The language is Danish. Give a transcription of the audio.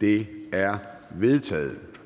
Det er vedtaget.